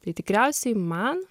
tai tikriausiai man